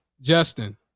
Justin